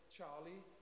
Charlie